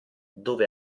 dove